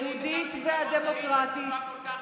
היהודית והדמוקרטית,